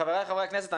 חבריי חברי הכנסת,